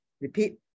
repeat